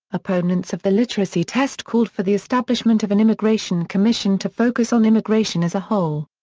opponents of the literacy test called for the establishment of an immigration commission to focus on immigration as a whole.